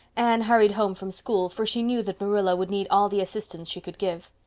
anne hurried home from school, for she knew that marilla would need all the assistance she could give.